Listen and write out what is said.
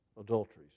Adulteries